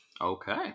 Okay